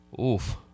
Oof